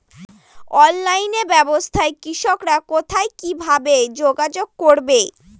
অনলাইনে ব্যবসায় কৃষকরা কোথায় কিভাবে যোগাযোগ করবে?